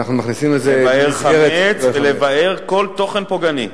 לבער חמץ ולבער כל תוכן פוגעני.